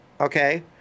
okay